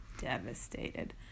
Devastated